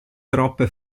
troppe